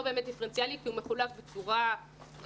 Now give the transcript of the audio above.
באמת דיפרנציאלי כי הוא מחולק בצורה מגוחכת.